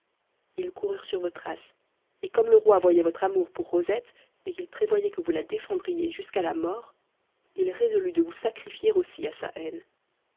ils coururent sur vos traces et comme le roi voyait votre amour pour rosette et qu'il prévoyait que vous la défendriez jusqu'à la mort il résolut de vous sacrifier aussi à sa haine